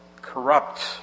corrupt